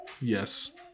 Yes